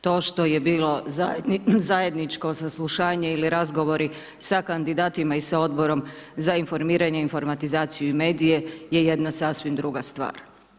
To što je bilo zajedničko saslušanje ili razgovori sa kandidatima i sa Odborom za informiranje, informatizaciju i medije je jedna sasvim druga stvar.